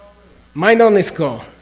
mind-only school.